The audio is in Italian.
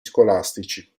scolastici